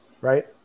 Right